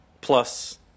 plus